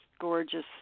gorgeous